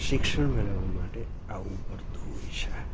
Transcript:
શિક્ષણ મેળવવા માટે આવવું પડતું હોય છે